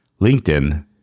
LinkedIn